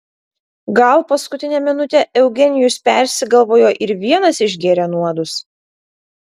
gal paskutinę minutę eugenijus persigalvojo ir vienas išgėrė nuodus